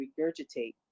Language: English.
regurgitate